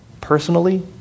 Personally